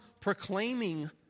proclaiming